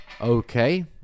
Okay